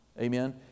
Amen